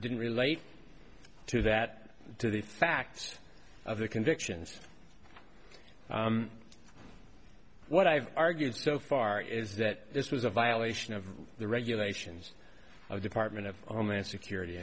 didn't relate to that to the facts of the convictions what i've argued so far is that this was a violation of the regulations or department of homeland security